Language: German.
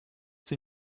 sie